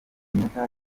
kenyatta